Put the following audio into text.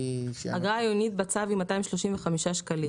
אגרה עיונית בצו היא 235 שקלים.